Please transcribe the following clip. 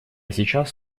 сейчас